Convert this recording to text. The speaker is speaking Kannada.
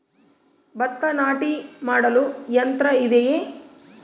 ಭತ್ತ ನಾಟಿ ಮಾಡಲು ಯಂತ್ರ ಇದೆಯೇ?